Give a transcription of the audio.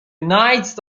nights